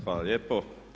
Hvala lijepo.